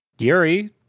Yuri